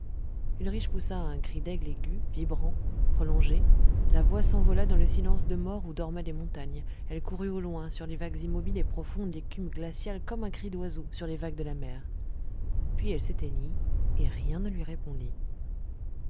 ulrich poussa un cri d'appel aigu vibrant prolongé la voix s'envola dans le silence de mort où dormaient les montagnes elle courut au loin sur les vagues immobiles et profondes d'écume glaciale comme un cri d'oiseau sur les vagues de la mer puis elle s'éteignit et rien ne lui répondit